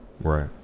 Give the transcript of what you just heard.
Right